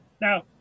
Now